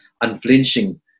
unflinching